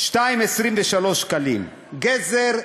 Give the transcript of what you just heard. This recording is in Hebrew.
2.23 שקלים, גזר,